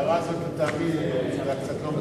ההערה הזאת, לטעמי, לא במקומה.